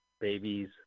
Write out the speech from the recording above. Babies